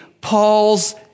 Paul's